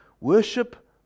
Worship